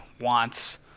wants